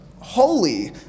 Holy